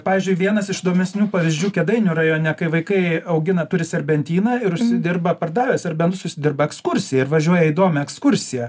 pavyzdžiui vienas iš įdomesnių pavyzdžių kėdainių rajone kai vaikai augina turi serbentyną ir užsidirba pardavę serbentus užsidirba ekskursijai ir važiuoja į įdomią ekskursiją